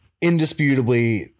indisputably